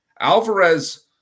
Alvarez